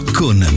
con